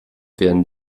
werden